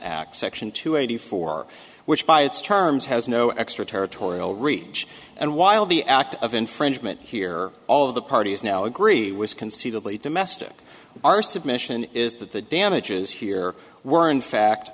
act section two eighty four which by its terms has no extra territorial reach and while the act of infringement here all of the parties now agree was conceivably domestic our submission is that the damages here were in fact